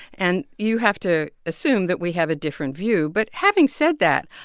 and you have to assume that we have a different view. but, having said that,